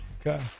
Okay